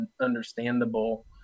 understandable